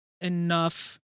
enough